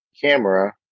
camera